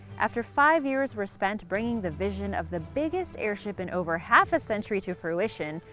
after five years were spent bringing the vision of the biggest airship in over half a century to fruition,